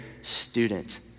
student